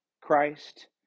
Christ